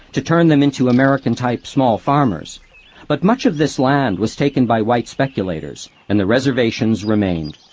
to turn them into american-type small farmers-but but much of this land was taken by white speculators, and the reservations remained.